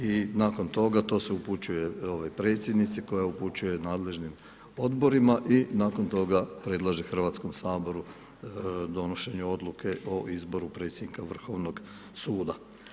I nakon toga, to se upućuje predsjednici koja upućuje nadležnim odborima i nakon toga predlaže Hrvatskom saboru donošenje odluke o izboru predsjednika Vrhovnog suda.